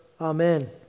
Amen